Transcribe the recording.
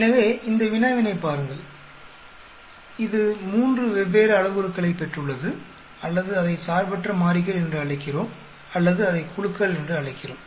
எனவே இந்த வினாவினைப் பாருங்கள் இது மூன்று வெவ்வேறு அளவுருக்களைப் பெற்றுள்ளது அல்லது அதை சார்பற்ற மாறிகள் என்று அழைக்கிறோம் அல்லது அதை குழுக்கள் என்று அழைக்கிறோம்